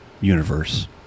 universe